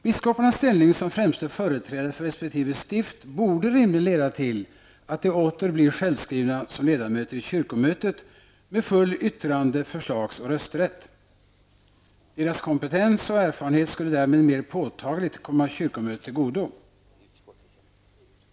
Biskoparnas ställning som främste företrädare för resp. stift borde rimligen leda till att de åter blir självskrivna som ledamöter i kyrkomötet med full yttrande-, förslags och rösträtt. Deras kompetens och erfarenhet skulle därmed mer påtagligt komma kyrkomötet till godo.